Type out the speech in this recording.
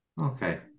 okay